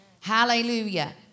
Hallelujah